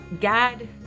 God